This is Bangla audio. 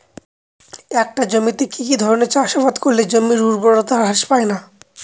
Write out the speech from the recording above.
একটা জমিতে কি কি ধরনের চাষাবাদ করলে জমির উর্বরতা হ্রাস পায়না?